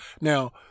Now